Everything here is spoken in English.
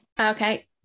Okay